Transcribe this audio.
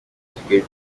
kigali